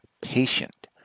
patient